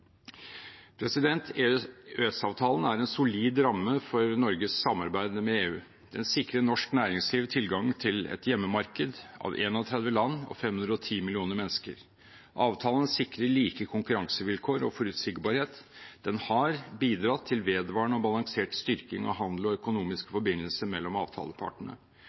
er en solid ramme for Norges samarbeid med EU. Den sikrer norsk næringsliv tilgang til et hjemmemarked av 31 land og 510 millioner mennesker. Avtalen sikrer like konkurransevilkår og forutsigbarhet, og den har bidratt til vedvarende og balansert styrking av handel og økonomiske forbindelser mellom avtalepartene.